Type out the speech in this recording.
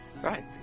Right